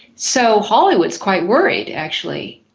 so hollywood is quite worried actually.